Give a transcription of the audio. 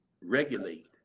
regulate